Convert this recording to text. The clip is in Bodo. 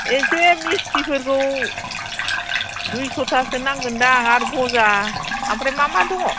एसे मिस्थिफोरखौ दुइस'थासो नांगोन दां आरो गजा आमफ्राय मा मा दङ